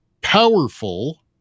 powerful